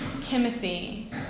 Timothy